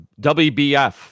WBF